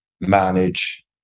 manage